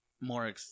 more